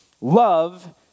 Love